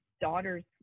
daughter's